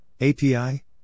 API